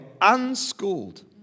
unschooled